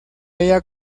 ella